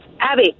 Abby